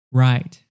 ,right